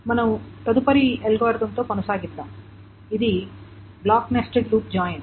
కాబట్టి తదుపరి అల్గోరిథంతో కొనసాగిద్దాం ఇది బ్లాక్ నెస్టెడ్ లూప్ జాయిన్